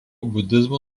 budizmo